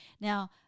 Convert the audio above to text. Now